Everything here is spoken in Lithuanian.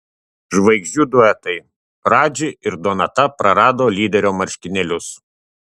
žvaigždžių duetai radži ir donata prarado lyderio marškinėlius